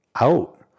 Out